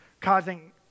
causing